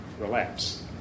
relapse